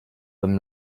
them